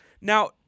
now